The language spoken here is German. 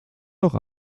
doch